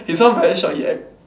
he sound very sure he act